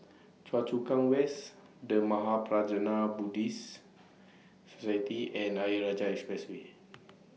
Choa Chu Kang West The Mahaprajna Buddhist Society and Ayer Rajah Expressway